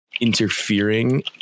interfering